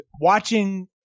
watching